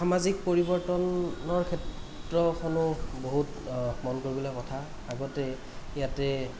সামাজিক পৰিৱৰ্তনৰ ক্ষেত্ৰখনো বহুত মন কৰিবলগীয়া কথা আগতে ইয়াতে